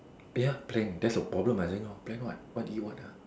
ya plan that's the problem I think lor plan what what to eat lor